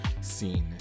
scene